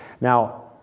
Now